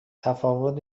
تفاوت